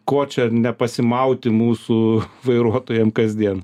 kuo čia nepasimauti mūsų vairuotojam kasdien